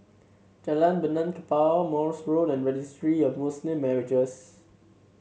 Jalan Benaan Kapal Morse Road and Registry of Muslim Marriages